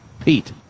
Pete